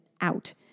out